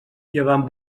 llevant